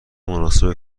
مناسب